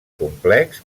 complex